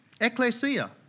ecclesia